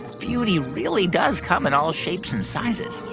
beauty really does come in all shapes and sizes.